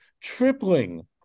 tripling